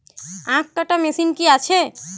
আখ কাটা মেশিন কি আছে?